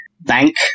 bank